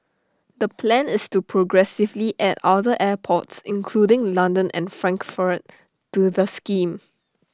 the plan is to progressively add other airports including London and Frankfurt to the scheme